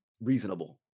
reasonable